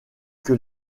que